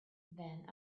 then